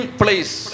place